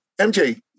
MJ